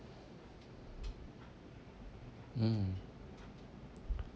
um